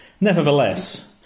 Nevertheless